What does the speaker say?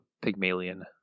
pygmalion